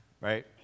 right